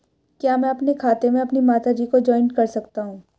क्या मैं अपने खाते में अपनी माता जी को जॉइंट कर सकता हूँ?